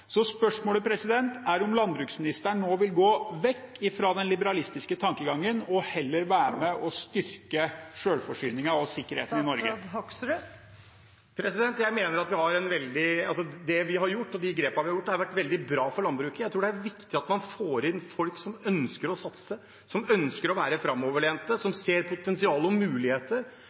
Spørsmålet er om landbruksministeren nå vil gå vekk fra den liberalistiske tankegangen og heller være med og styrke selvforsyningen og sikkerheten i Norge. Jeg mener at det vi har gjort, og de grepene vi har tatt, har vært veldig bra for landbruket. Jeg tror det er viktig at man får inn folk som ønsker å satse, som ønsker å være framoverlent, som ser potensial og muligheter